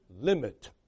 limit